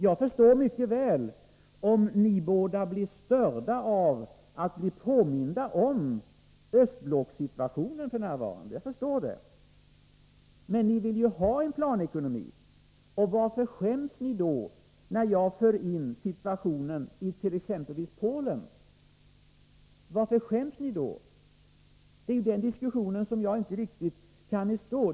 Jag förstår mycket väl om ni båda blir störda av att bli påminda om östblockssituationen f. n. Men ni vill ju ha en planekonomi. Varför skäms ni då, när jag för in situationen it.ex. Polen i debatten? Det är den saken jag inte riktigt kan förstå.